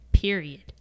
Period